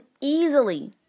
easily